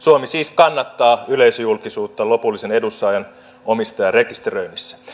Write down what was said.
suomi siis kannattaa yleisöjulkisuutta lopullisen edunsaajan omistajarekisteröinnissä